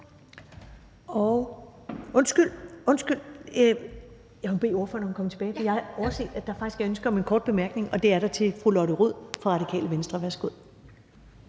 Undskyld, jeg må bede ordføreren om at komme tilbage igen. Jeg havde overset, at der faktisk er ønske om en kort bemærkning, og det er der fra fru Lotte Rod, Radikale Venstre. Værsgo.